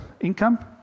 income